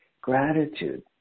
gratitude